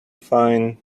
fine